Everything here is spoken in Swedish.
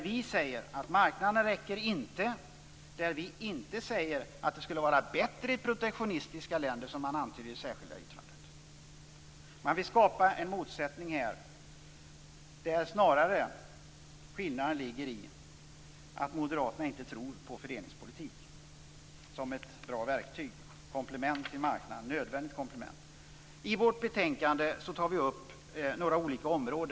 Vi säger att marknaderna inte räcker, men vi säger inte att det skulle vara bättre i protektionistiska länder - som Sten Tolgfors antyder i det särskilda yttrandet. Man vill skapa en motsättning, där snarare skillnaden ligger i att Moderaterna inte tror på fördelningspolitik som ett nödvändigt komplement till marknaden. Betänkandet tar upp några olika områden.